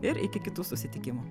ir iki kitų susitikimų